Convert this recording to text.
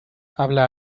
habla